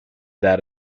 that